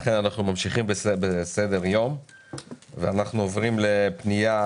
לכן אנחנו ממשיכים בסדר היום ואנחנו עוברים לפנייה